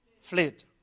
fled